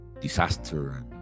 disaster